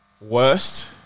worst